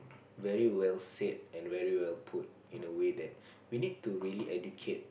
very well said and very well put in a way that we need to really educate